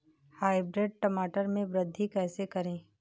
Hybrid टमाटर में वृद्धि कैसे करें?